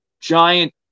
Giant